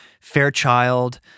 Fairchild